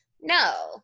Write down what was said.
no